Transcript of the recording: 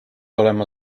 olema